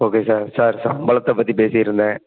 okay sir sir சம்பளத்தை பற்றி பேசிகிட்டுருந்தேன்